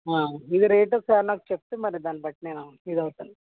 ఇది రేట్ ఒకసారి నాకు చెప్తే మరి దాన్ని బట్టి నేను ఇదవుతాను